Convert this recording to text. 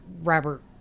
Robert